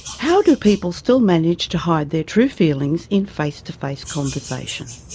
how do people still manage to hide their true feelings in face-to-face conversation?